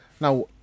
now